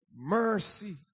mercy